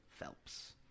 Phelps